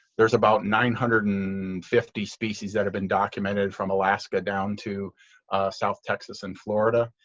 there's about nine hundred and fifty species that have been documented from alaska down to south texas, in florida.